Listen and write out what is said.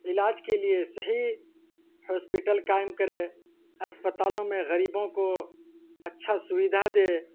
علاج کے لیے صحیح ہاسپٹل قائم کرے اسپتالوں میں غریبوں کو اچھا سویدھا دے